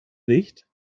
nicht